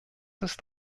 ist